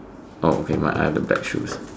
oh okay my I have the black shoes